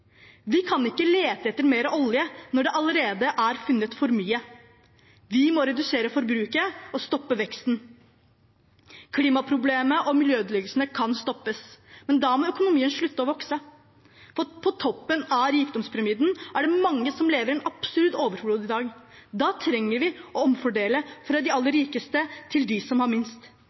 Vi kan ikke lete etter mer olje når det allerede er funnet for mye. Vi må redusere forbruket og stoppe veksten. Klimaproblemet og miljøødeleggelsene kan stoppes, men da må økonomien slutte å vokse. På toppen av rikdomspyramiden er det mange som lever i absurd overflod i dag. Da trenger vi å omfordele fra de aller rikeste til dem som har minst.